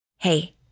Hey